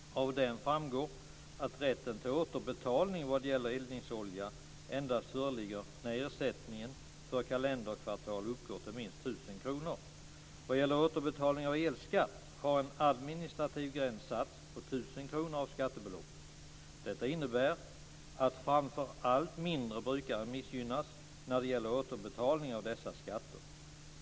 Av den framgår att rätten till återbetalning vad gäller eldningsolja endast föreligger när ersättningen för kalenderkvartal uppgår till minst 1 000 kr. Vad gäller återbetalning av elskatt har en administrativ gräns satts på 1 000 kr av skattebeloppet. Detta innebär att framför allt mindre brukare missgynnas när det gäller återbetalning av dessa skatter.